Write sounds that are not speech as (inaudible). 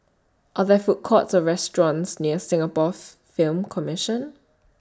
Are There Food Courts Or restaurants near Singapore (hesitation) Film Commission